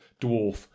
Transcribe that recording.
Dwarf